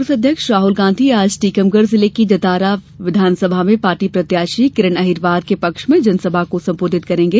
कांग्रेस अध्यक्ष राहुल गांधी आज टीकमगढ़ जिले की जतारा विधानसभा में पार्टी प्रत्याशी किरण अहिरवार के पक्ष में जनसभा को संबोधित करेंगे